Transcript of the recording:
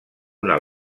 una